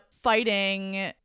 fighting